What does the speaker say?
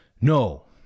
No